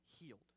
healed